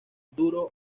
duro